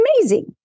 amazing